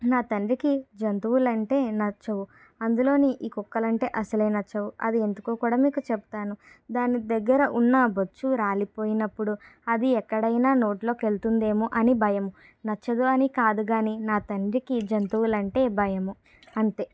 నా తండ్రికి జంతువులు అంటే నచ్చవు అందులోని ఈ కుక్కలు అంటే అసలు నచ్చవు అది ఎందుకో కూడా మీకు చెప్పాను దాన్ని దగ్గర ఉన్నా బొచ్చు రాలిపోయినప్పుడు అది ఎక్కడైన నోట్లోకి వెళ్తుందేమో అని భయం నచ్చదు అని కాదు కానీ నా తండ్రికి జంతువులు అంటే భయము అంతే